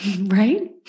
Right